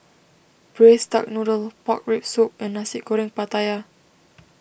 Braised Duck Noodle Pork Rib Soup and Nasi Goreng Pattaya